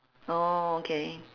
oh okay